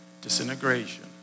disintegration